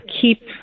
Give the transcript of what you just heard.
keep